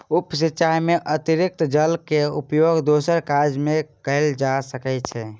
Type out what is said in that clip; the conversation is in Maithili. उप सिचाई में अतरिक्त जल के उपयोग दोसर काज में कयल जा सकै छै